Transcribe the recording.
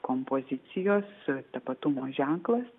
kompozicijos tapatumo ženklas